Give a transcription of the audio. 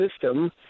system